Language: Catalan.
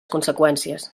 conseqüències